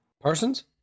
Parsons